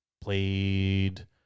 played